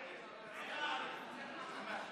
ההצעה להעביר את הצעת חוק הכשרות המשפטית